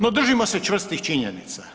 No, držimo se čvrstih činjenica.